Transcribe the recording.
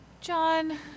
John